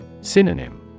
Synonym